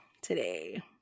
today